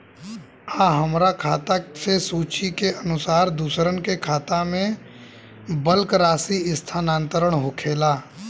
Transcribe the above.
आ हमरा खाता से सूची के अनुसार दूसरन के खाता में बल्क राशि स्थानान्तर होखेला?